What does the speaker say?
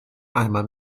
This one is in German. einmal